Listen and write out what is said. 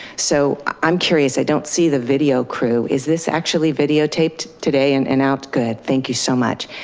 so i'm curious i don't see the video crew, is this actually video taped today and and out. good, thank you so much.